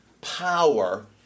power